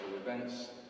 events